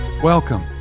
Welcome